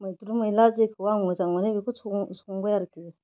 मैद्रु मैला जेखौ आं मोजां मोनो बेखौ संबाय आरोखि